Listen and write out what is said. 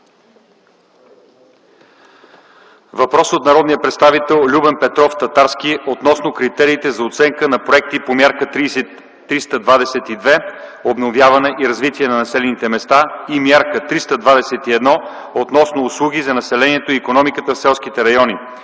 въпрос от народния представител Любен Петров Татарски относно критериите за оценка на проекти по Мярка 322 „Обновяване и развитие на населените места” и Мярка 321 „Основни услуги за населението и икономиката в селските райони”